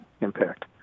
impact